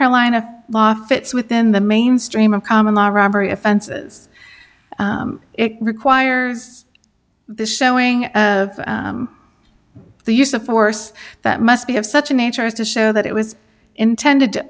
carolina law fits within the mainstream of common law robbery offenses it requires the showing of the use of force that must be of such a nature as to show that it was intended to